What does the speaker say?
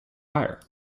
hire